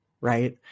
right